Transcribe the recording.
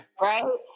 Right